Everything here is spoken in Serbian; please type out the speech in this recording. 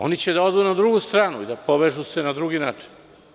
Oni će da odu na drugu stranu i povežu se na drugi način.